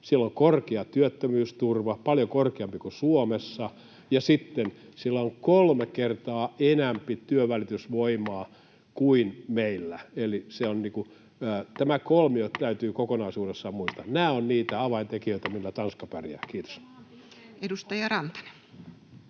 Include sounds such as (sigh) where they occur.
Siellä on korkea työttömyysturva, paljon korkeampi kuin Suomessa. (noise) Ja sitten siellä on kolme kertaa enempi työnvälitysvoimaa kuin meillä. Eli tämä kolmio (noise) täytyy kokonaisuudessaan muistaa. Nämä ovat niitä avaintekijöitä, millä Tanska pärjää. — Kiitos. Edustaja Rantanen.